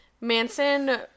Manson